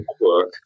work